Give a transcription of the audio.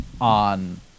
on